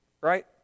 right